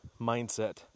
mindset